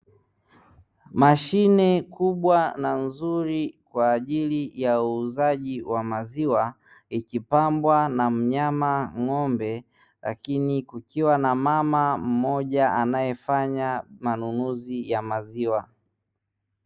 Mashine kubwa na nzuri kwa ajili ya uuzaji wa maziwa ,ikipambwa na mnyama ng'ombe lakini kukiwa na mama mmoja anayefanya manunuzi ya maziwa.